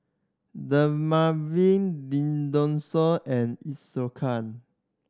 Dermaveen and Isocal